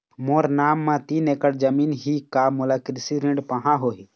मोर नाम म तीन एकड़ जमीन ही का मोला कृषि ऋण पाहां होही?